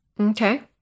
Okay